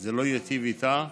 שזה לא ייטיב איתה,